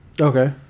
Okay